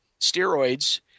steroids